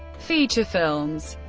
feature films